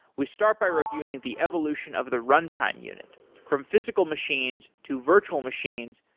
we start by reviewing the evolution of the runtime unit, from physical machines to virtual machines,